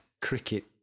cricket